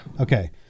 Okay